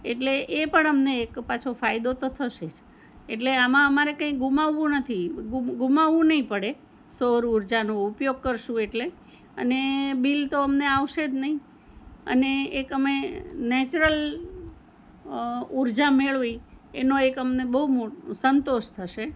એટલે એ પણ અમને એક પાછો ફાયદો તો થશે જ એટલે આમાં અમારે કંઈ ગુમાવવું નથી ગુમાવવું નહીં પડે સૌર ઊર્જાનો ઉપયોગ કરીશું એટલે અને બીલ તો અમને આવશે નહીં અને એક અમે નેચરલ ઊર્જા મેળવી એનો એક અમને બહુ મો સંતોષ થશે